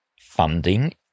funding